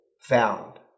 found